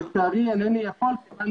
לצערי, אינני יכול כיוון